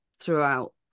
throughout